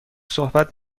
صحبت